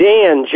Dan